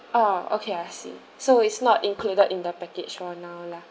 oh okay I see so it's not included in the package for now lah